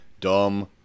dumb